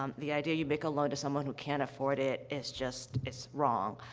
um the idea you make a loan to someone who can't afford it is just is wrong.